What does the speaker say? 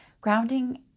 grounding